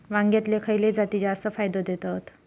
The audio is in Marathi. वांग्यातले खयले जाती जास्त फायदो देतत?